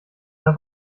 der